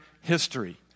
history